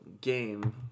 game